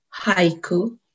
haiku